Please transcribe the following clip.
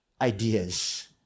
ideas